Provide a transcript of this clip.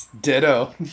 Ditto